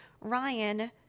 Ryan